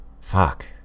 Fuck